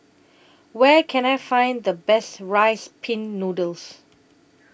Where Can I Find The Best Rice Pin Noodles